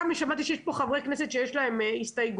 שמעתי שיש פה חברי כנסת שיש להם הסתייגויות,